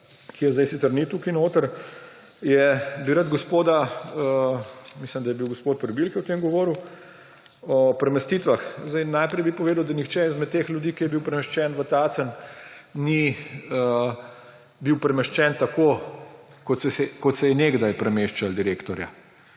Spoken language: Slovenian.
ki je zdaj sicer ni tukaj notri, bi rad gospoda, mislim, da je bil gospod Prebil, ki je o tem govoril, o premestitvah. Najprej bi povedal, da nihče izmed teh ljudi, ki so bili premeščeni v Tacen, ni bil premeščen tako, kot se je nekdaj premeščalo direktorja.